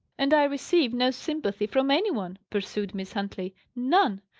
and i receive no sympathy from any one! pursued miss huntley. none!